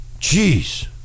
jeez